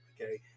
okay